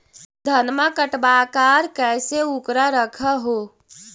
धनमा कटबाकार कैसे उकरा रख हू?